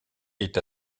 est